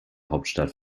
hauptstadt